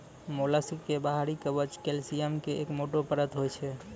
mollusc के बाहरी कवच कैल्सियम के एक मोटो परत होय छै